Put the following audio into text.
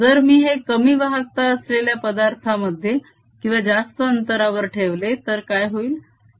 जर मी हे कमी वाहकता असलेल्या पदार्थामध्ये किंवा जास्त अंतरावर ठेवले तर काय होईल